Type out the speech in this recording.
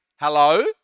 Hello